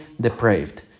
depraved